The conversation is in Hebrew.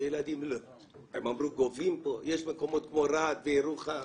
כמו רהט וירוחם